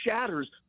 shatters